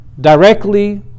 directly